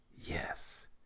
Yes